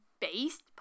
based